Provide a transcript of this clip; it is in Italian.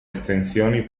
estensioni